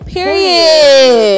Period